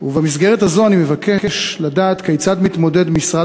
ובמסגרת הזו אני מבקש לדעת כיצד מתמודד משרד